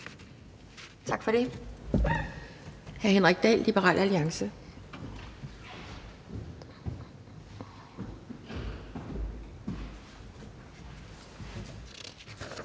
Tak for det. Hr. Henrik Dahl, Liberal Alliance.